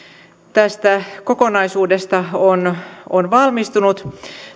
tästä kokonaisuudesta on on valmistunut